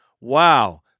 Wow